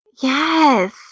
Yes